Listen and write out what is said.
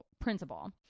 principle